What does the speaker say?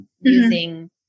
using